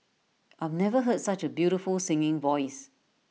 I've never heard such A beautiful singing voice